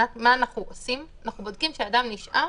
מבחינת מה שאנחנו עושים, אנחנו בודקים שאדם נשאר